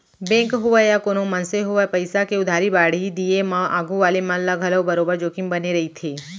bank होवय या कोनों मनसे होवय पइसा के उधारी बाड़ही दिये म आघू वाले मन ल घलौ बरोबर जोखिम बने रइथे